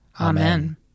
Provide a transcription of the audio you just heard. Amen